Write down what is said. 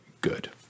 good